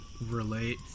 relate